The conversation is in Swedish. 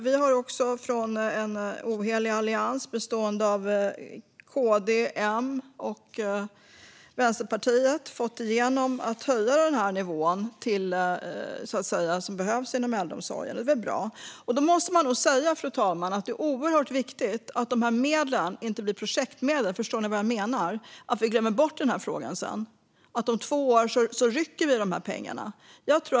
Vi har också i en ohelig allians bestående av KD, M och Vänsterpartiet fått igenom att höja till den nivå som behövs inom äldreomsorgen. Det är bra. Man måste nog säga, fru talman, att det är oerhört viktigt att de här medlen inte blir projektmedel. Förstår ni vad jag menar? Vi får inte glömma bort den här frågan sedan och rycka bort de här pengarna om två år.